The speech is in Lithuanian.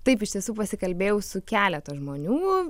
taip iš tiesų pasikalbėjau su keleta žmonių